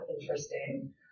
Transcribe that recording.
interesting